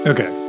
Okay